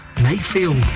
Mayfield